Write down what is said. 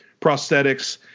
prosthetics